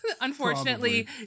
unfortunately